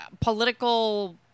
political